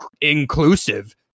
inclusive